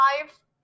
five